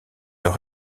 leur